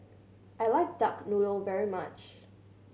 I like duck noodle very much